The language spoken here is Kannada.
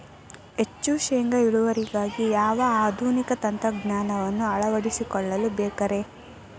ಹೆಚ್ಚು ಶೇಂಗಾ ಇಳುವರಿಗಾಗಿ ಯಾವ ಆಧುನಿಕ ತಂತ್ರಜ್ಞಾನವನ್ನ ಅಳವಡಿಸಿಕೊಳ್ಳಬೇಕರೇ?